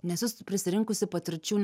nes jūs prisirinkusi patirčių ne